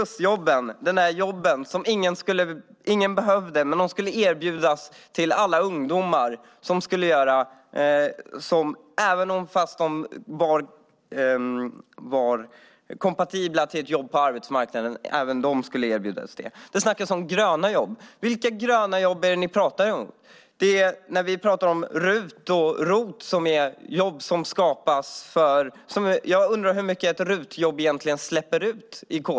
Det var de där jobben som ingen behövde men som skulle erbjudas till alla ungdomar även när de var kompatibla med andra jobb på arbetsmarknaden. Det snackas om gröna jobb. Vilka gröna jobb är det ni pratar om? När vi pratar om RUT och ROT som skapar jobb undrar jag hur mycket koldioxid ett RUT-jobb släpper ut.